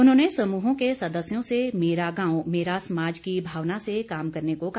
उन्होंने समूहों के सदस्यों से मेरा गांव मेरा समाज की भावना से काम करने को कहा